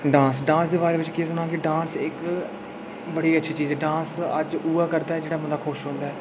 dance dance दे बारे च केह् सनांऽ कि डांस इक बड़ी अच्छी चीज़ ऐ डांस अज्ज उ'ऐ करदा जेह्ड़ा बंदा खुश होंदा ऐ ठीक ऐ